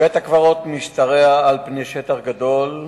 בית-הקברות משתרע על פני שטח גדול,